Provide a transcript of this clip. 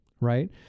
right